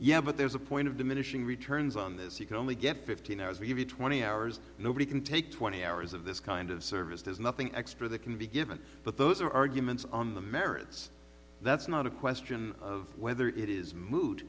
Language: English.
yeah but there's a point of diminishing returns on this you can only get fifteen hours we give you twenty hours nobody can take twenty hours of this kind of service there's nothing extra that can be given but those are arguments on the merits that's not a question of whether it is moo